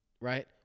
right